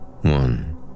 One